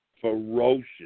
ferocious